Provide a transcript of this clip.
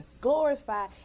glorify